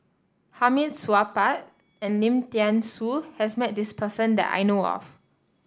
Hamid Supaat and Lim Thean Soo has met this person that I know of